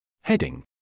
Heading